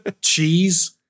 cheese